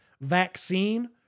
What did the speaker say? vaccine